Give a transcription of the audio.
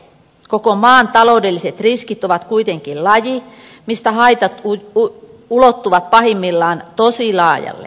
koko maan taloudelliset riskit ovat kuitenkin laji mistä haitat ulottuvat pahimmillaan tosi laajalle